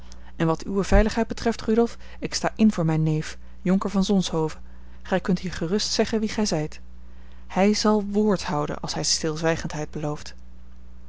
en wat uwe veiligheid betreft rudolf ik sta in voor mijn neef jonker van zonshoven gij kunt hier gerust zeggen wie gij zijt hij zal woord houden als hij stilzwijgendheid belooft